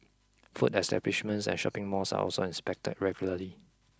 food establishments and shopping malls are also inspected regularly